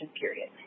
period